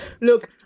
Look